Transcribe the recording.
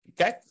okay